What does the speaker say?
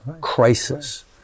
Crisis